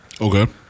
Okay